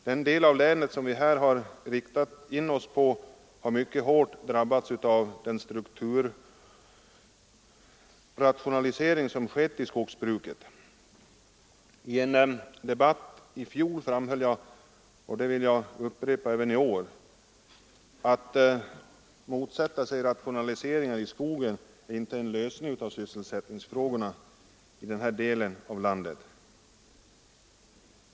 Den del av länet som vi här har riktat in oss på har mycket hårt drabbats av den strukturrationalisering som skett i skogsbruket. I en debatt i fjol framhöll jag — och det vill jag upprepa i år — att det inte är en lösning av sysselsättningsfrågorna i den här delen av landet att bara motsätta sig rationaliseringar i skogen.